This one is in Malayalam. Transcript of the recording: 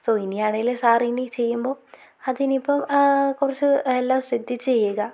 സൊ ഇനിയാണേലും സര് ഇനി ചെയ്യുമ്പോൾ അതിനിപ്പോൾ കുറച്ച് എല്ലാം ശ്രദ്ധിച്ചു ചെയ്യുക